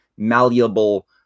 malleable